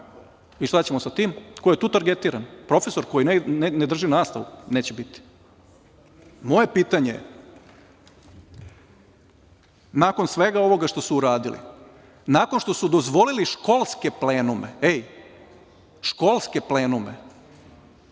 Šta ćemo sa tim? Ko je tu targetiran? Profesor koji ne drži nastavu? Neće biti. Moje pitanje, nakon svega ovoga što su uradili, nakon što su dozvolili školske plenume, školske plenume,